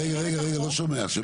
רגע רגע לא שומע, של מה?